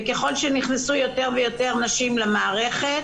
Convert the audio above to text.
וככל שנכנסו יותר ויותר נשים למערכת,